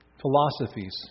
philosophies